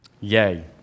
Yay